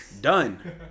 Done